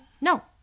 No